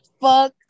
fuck